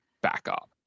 backup